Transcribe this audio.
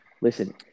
Listen